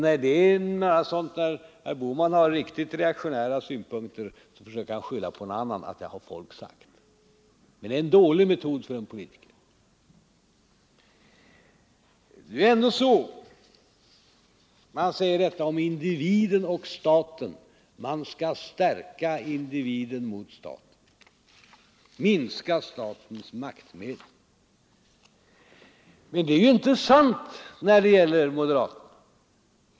När herr Boham framför riktigt reaktionära synpunkter försöker han skylla på att han bara vidarebefordrar vad folk har sagt, men det är en dålig metod för en politiker. Man skall stärka individen mot staten, säger herr Bohman. Man skall minska statens maktmedel. Men det är ju inte sant när det gäller moderaterna.